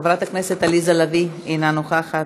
חברת הכנסת עליזה לביא, אינה נוכחת,